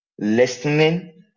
listening